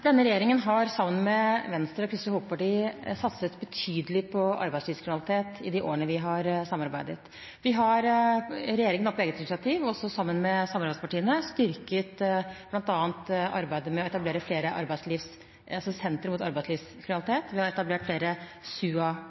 Denne regjeringen har sammen med Venstre og Kristelig Folkeparti satset betydelig mot arbeidslivskriminalitet i de årene vi har samarbeidet. Regjeringen har på eget initiativ, også sammen med samarbeidspartiene, styrket bl.a. arbeidet med å etablere flere sentre mot arbeidslivskriminalitet. Vi har etablert flere